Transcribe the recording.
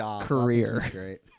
career